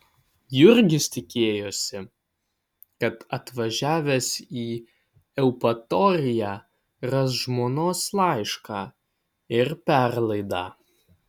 jurgis tikėjosi kad atvažiavęs į eupatoriją ras žmonos laišką ir perlaidą